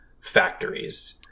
factories